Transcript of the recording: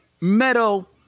meadow